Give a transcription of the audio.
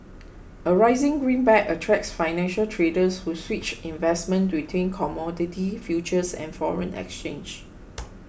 a rising greenback attracts financial traders who switch investments between commodity futures and foreign exchange